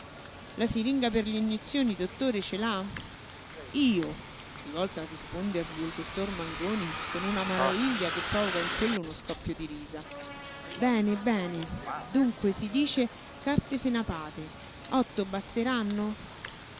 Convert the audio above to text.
la siringa per le iniezioni dottore ce l'ha io si volta a rispondergli il dottor mangoni con una maraviglia che provoca in quello uno scoppio di risa bene bene dunque si dice carte senapate otto basteranno